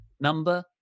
number